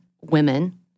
women